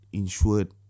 insured